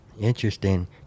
Interesting